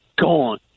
gone